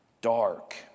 dark